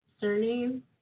Surname